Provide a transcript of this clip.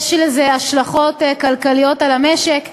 יש לזה השלכות כלכליות על המשק,